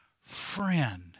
friend